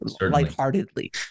lightheartedly